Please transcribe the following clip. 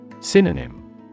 Synonym